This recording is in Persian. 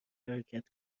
حرکت